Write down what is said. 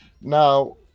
now